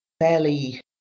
fairly